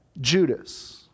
Judas